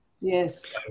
Yes